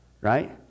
right